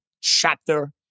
chapter